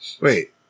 Wait